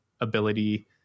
ability